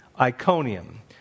Iconium